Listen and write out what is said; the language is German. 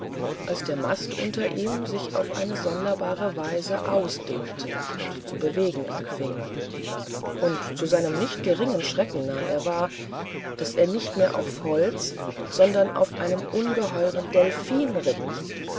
als der mast unter ihm sich auf eine sonderbare weise auszudehnen und zu bewegen anfing und zu seinem nicht geringen schrecken nahm er wahr daß er nicht mehr auf holz sondern auf einem ungeheuren delphin reite